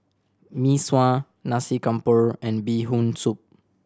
Mee Sua Nasi Campur and Bee Hoon Soup